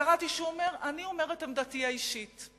קראתי שהוא אומר: אני אומר את עמדתי האישית.